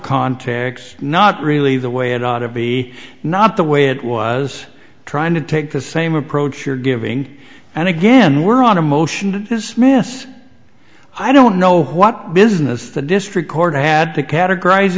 context not really the way it ought to be not the way it was trying to take the same approach you're giving and again we're on a motion to dismiss i don't know what business the district court had to categorize